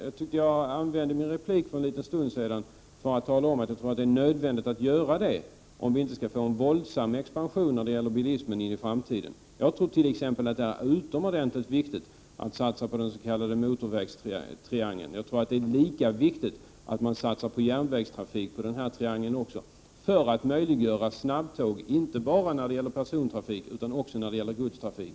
Jag tyckte att jag använde min replik för en liten stund sedan till att tala om, att det var nödvändigt att göra sådana satsningar, om det inte skall bli en våldsam expansion av bilismen i framtiden. Jag tror t.ex. att det är utomordentligt viktigt att satsa på den s.k. motorvägstriangeln, och jag tror att det därvid är lika viktigt att satsa på järnvägstrafik för att möjliggöra snabbtåg inte bara för persontrafik utan också för godstrafik.